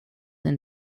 and